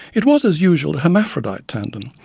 it was as usual a hermaphrodite tandem,